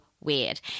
weird